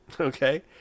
Okay